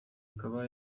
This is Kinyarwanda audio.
akaba